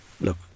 look